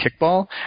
kickball